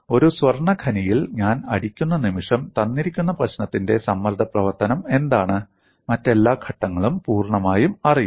ഒരു സ്വർണ്ണ ഖനിയിൽ ഞാൻ അടിക്കുന്ന നിമിഷം തന്നിരിക്കുന്ന പ്രശ്നത്തിന്റെ സമ്മർദ്ദ പ്രവർത്തനം എന്താണ് മറ്റെല്ലാ ഘട്ടങ്ങളും പൂർണ്ണമായും അറിയാം